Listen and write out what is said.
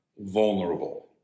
vulnerable